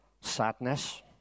sadness